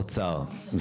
לא מרחיבים,